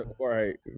Right